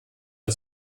der